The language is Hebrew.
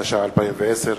התש"ע 2010,